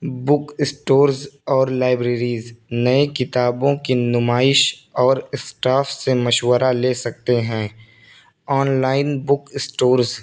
بک stores اور libraries نئے کتابوں کی نمائش اور اسٹاف سے مشورہ لے سکتے ہیں آن لائن بک اسٹورس